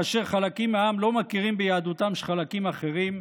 כאשר חלקים מהעם לא מכירים ביהדותם של חלקים אחרים,